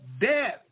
death